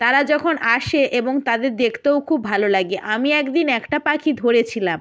তারা যখন আসে এবং তাদের দেখতেও খুব ভালো লাগে আমি এক দিন একটা পাখি ধরেছিলাম